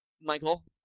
Michael